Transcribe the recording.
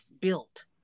built